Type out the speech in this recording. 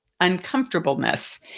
uncomfortableness